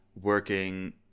working